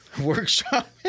Workshop